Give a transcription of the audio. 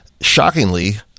shockingly